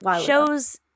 shows